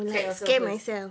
scare yourself first